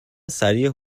سریع